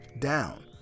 down